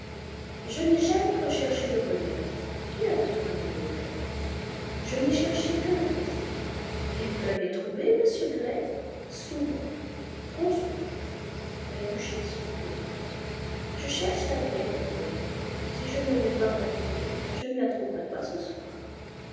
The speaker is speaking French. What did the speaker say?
je n'ai jamais recherché le bonheur qui a besoin du bonheur je n'ai cherché que le plaisir et vous l'avez trouvé monsieur gray souvent trop souvent la duchesse soupira je cherche la paix dit-elle et si je ne vais pas m'habiller je ne la trouverai pas ce soir